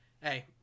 hey